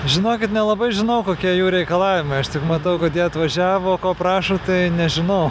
žinokit nelabai žinau kokie jų reikalavimai aš tik matau kad jie atvažiavo ko prašo tai nežinau